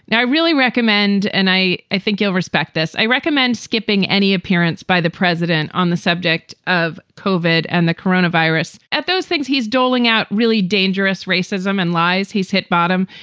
and i really recommend and i i think you'll respect this. i recommend skipping any appearance by the president on the subject of cauvin and the corona virus. at those things. he's he's doling out really dangerous racism and lies. he's hit bottom.